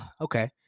okay